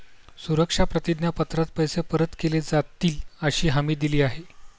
सुरक्षा प्रतिज्ञा पत्रात पैसे परत केले जातीलअशी हमी दिली आहे